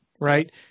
right